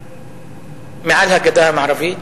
מעל הגדה המערבית,